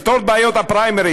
לפתור את בעיות הפריימריז,